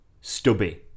Stubby